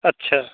अच्छा